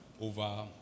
over